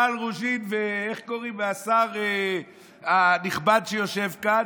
מיכל רוזין והשר הנכבד שיושב כאן,